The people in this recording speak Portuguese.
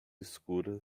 escura